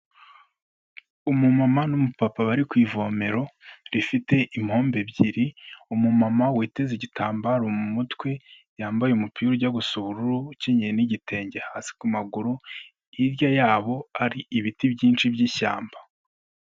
Umumama n'umupapa bari ku ivomero rifite impombo ebyiri, umumama witeze igitambaro mu mutwe, yambaye umupira ujya gusa ubururu ukenyeye n'igitenge hasi ku maguru, hirya yabo hari ibiti byinshi by'ishyamba.